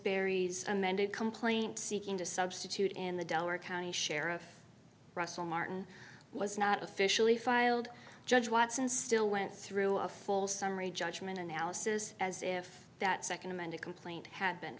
berry's amended complaint seeking to substitute in the delaware county sheriff russell martin was not officially filed judge watson still went through a full summary judgment analysis as if that nd amended complaint had been